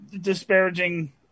disparaging